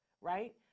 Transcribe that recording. right